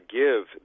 give